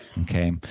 okay